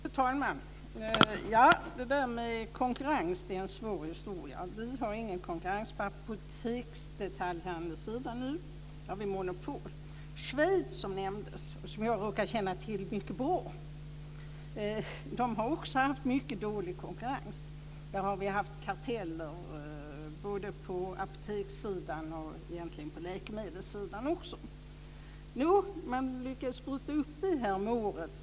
Fru talman! Det där med konkurrens är en svår historia. Vi har ingen konkurrens på apoteksdetaljhandelssidan nu, utan vi har monopol. Schweiz, som nämndes och som jag råkar känna till mycket bra, har också haft mycket dålig konkurrens. Det har varit karteller både på apotekssidan och på läkemedelssidan. Man lyckades bryta upp det häromåret.